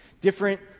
different